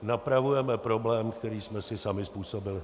Napravujeme problém, který jsme si sami způsobili.